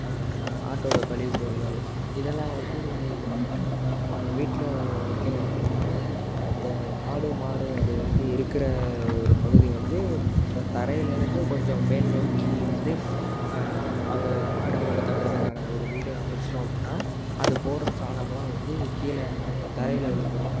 ஆட்டோட கழிவு பொருட்கள் இதெல்லாம் வந்து இப்போ நாங்கள் வீட்டில் வைக்கிறோம் அப்படினா அந்த ஆடு மாடு அது வந்து இருக்கிற ஒரு பகுதி வந்து தரையிலேருந்து கொஞ்சம் மேல் நோக்கி வந்து அது ஆடு மாடு தங்கிறதுக்கான ஒரு வீடே அமைச்சுட்டோம் அப்படினா அது போடுற சாணமெலாம் வந்து கீழே மண் தரையில் விழுந்துடும்